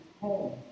home